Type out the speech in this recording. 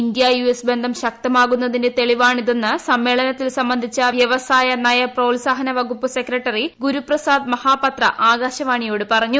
India U S ബന്ധം ശക്തമാകുന്നതിന്റെ തെളിവാണ് ഇതെന്ന് സമ്മേളനത്തിൽ സംബന്ധിച്ച വ്യവസായ നയ പ്രോൽസാഹന വകുപ്പ് സെക്രട്ടറി ഗുരുപ്രസാദ് മഹാപത്ര ആകാശവാണിയോട് പറഞ്ഞു